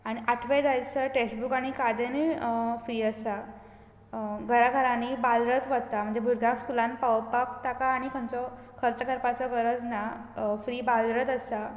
आनी आठवे जायसर टॅक्सटबूक आनी कादेनय फ्री आसा घरा घरांनी बालरथ वता म्हणजे भुरग्यांक स्कुलांत पावोवपाक ताका आनी खंयचो खर्च करपाचो गरज ना फ्री बालरथ आसा